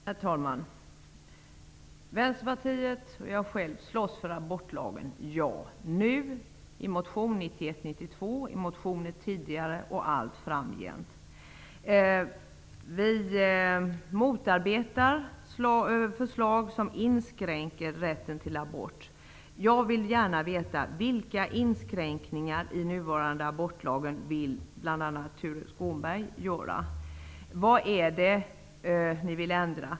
Herr talman! Vänsterpartiet och jag själv slåss för abortlagen. Vi gör det nu i en motion. Vi har gjort det tidigare i motioner, och vi kommer att göra det allt framgent. Vi motarbetar förslag som inskränker rätten till abort. Jag vill gärna veta vilka inskränkningar i den nuvarande abortlagen som bl.a. Tuve Skånberg vill göra. Vad vill ni ändra?